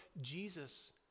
Jesus